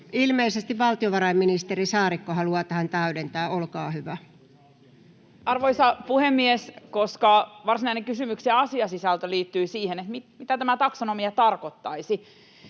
Ilmeisesti valtiovarainministeri Saarikko haluaa tähän täydentää. Olkaa hyvä. Arvoisa puhemies! Koska kysymyksen varsinainen asiasisältö liittyy siihen, mitä tämä taksonomia tarkoittaisi,